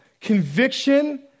conviction